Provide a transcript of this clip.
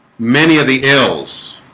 many of the ills